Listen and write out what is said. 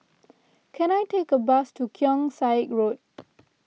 can I take a bus to Keong Saik Road